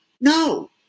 No